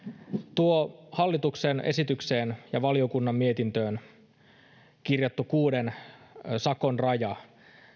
tuo hallituksen esitykseen ja valiokunnan mietintöön kirjattu kuuden sakon raja